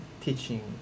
teaching